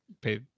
pay